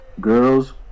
girls